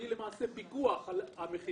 זה למעשה הפיקוח על המכינות,